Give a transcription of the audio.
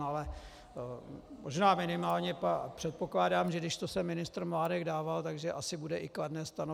Ale možná minimálně předpokládám, že když to sem ministr Mládek dával, tak že bude i kladné stanovisko.